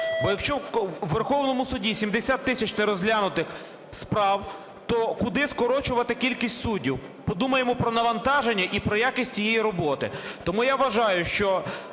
Бо, якщо у Верховному Суді 70 тисяч нерозглянутих справ, то куди скорочувати кількість суддів? Подумаємо про навантаження і про якість цієї роботи. Тому я вважаю, що